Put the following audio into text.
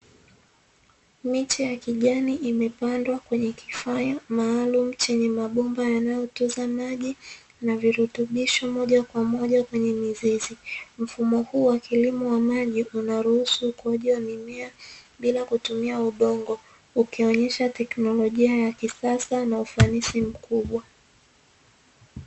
Miche ya kijani imepandwa kwenye kifaa maalumu, chenye mabomba yanayotunza maji na virutubisho moja kwa moja kwenye mizizi, mfumo huu wa kilimo wa maji unaruhusu ukuaji wa mimea bila kutumia udongo huku ukionyesha teknolojia ya kisasa na ufanisi mkubwa.